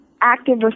active